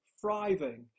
thriving